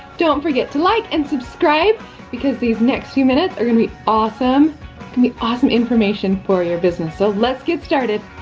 don't forget to like and subscribe because these next few minutes are gonna be awesome, gonna be awesome information for your business. so, let's get started.